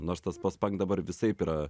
nors tas pats pag dabar visaip yra